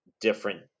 different